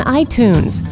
iTunes